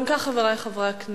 אם כך, חברי חברי הכנסת,